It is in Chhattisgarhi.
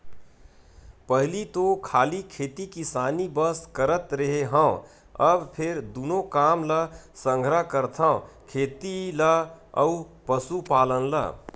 पहिली तो खाली खेती किसानी बस करत रेहे हँव, अब फेर दूनो काम ल संघरा करथव खेती ल अउ पसुपालन ल